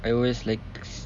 I always like